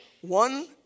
One